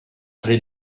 tre